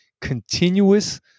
continuous